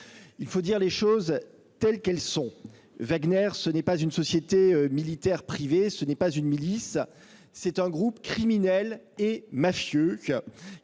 Il faut dire les choses telles qu'elles sont : Wagner n'est pas une société militaire privée ou une milice, mais un groupe criminel et mafieux,